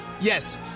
Yes